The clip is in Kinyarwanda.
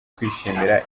kwishimira